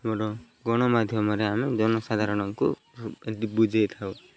ଆମର ଗଣମାଧ୍ୟମରେ ଆମେ ଜନସାଧାରଣଙ୍କୁ ଏମିତି ବୁଝେଇଥାଉ